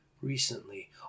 recently